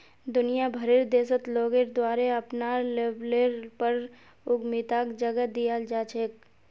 दुनिया भरेर देशत लोगेर द्वारे अपनार लेवलेर पर उद्यमिताक जगह दीयाल जा छेक